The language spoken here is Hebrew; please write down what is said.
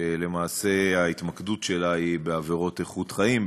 שלמעשה ההתמקדות שלה היא בעבירות איכות חיים,